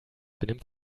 benimmt